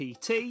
PT